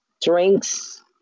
drinks